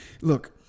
look